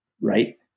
right